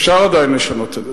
אפשר עדיין לשנות את זה.